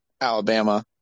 Alabama